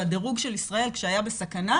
והדירוג של ישראל כשהיה בסכנה,